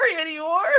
anymore